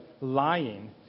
lying